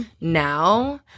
now